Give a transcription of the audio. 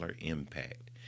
impact